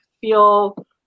feel